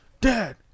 dad